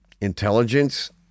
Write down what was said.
intelligence